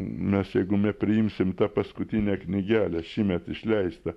mes jeigu mes priimsim tą paskutinę knygelę šįmet išleistą